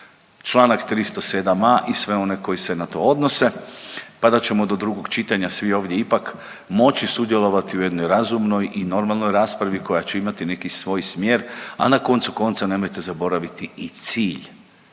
čl. 307.a. i sve one koji se na to odnose, pa da ćemo do drugog čitanja svi ovdje ipak moći sudjelovati u jednoj razumnoj i normalnoj raspravi koja će imati neki svoj smjer, a na koncu konca nemojte zaboraviti i cilj